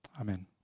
Amen